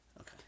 Okay